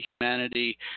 humanity